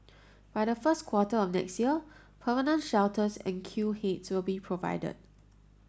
by the first quarter of next year permanent shelters and queue heads will be provided